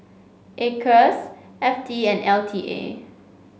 Acres F T and L T A